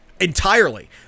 Entirely